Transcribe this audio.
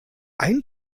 ein